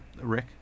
Rick